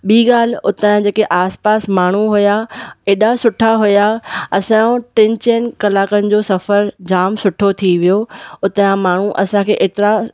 ॿी ॻाल्हि उतां जे जेके आस पास माण्हू हुआ एॾा सुठा हुआ असांजो टिनि चइनि कलाकनि जो सफ़रु जाम सुठो थी वियो हुतां या माण्हू असांखे एतिरा